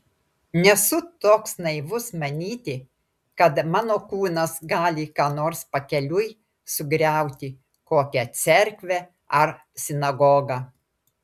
nesu toks naivus manyti kad mano kūnas gali ką nors pakeliui sugriauti kokią cerkvę ar sinagogą